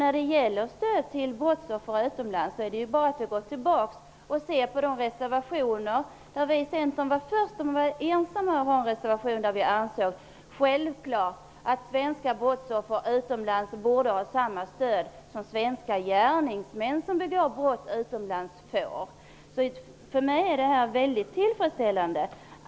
När det gäller stöd till brottsoffer utomlands var Centern först om att ensam ha en reservation om det. Vi ansåg det vara självklart att svenska brottsoffer utomlands borde få samma stöd som svenska gärningsmän som begår brott utomlands får. Det kan man gå tillbaka till gjorda reservationer för att se. Att vi nu kan åstadkomma förbättringar på det här området är alltså för mig väldigt tillfredsställande.